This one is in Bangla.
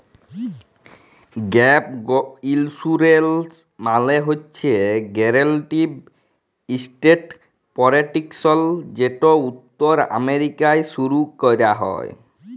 গ্যাপ ইলসুরেলস মালে হছে গ্যারেলটিড এসেট পরটেকশল যেট উত্তর আমেরিকায় শুরু ক্যরা হ্যয়